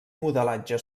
modelatge